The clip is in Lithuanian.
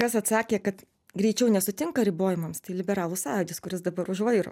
kas atsakė kad greičiau nesutinka ribojimams tai liberalų sąjūdis kuris dabar už vairo